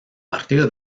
partir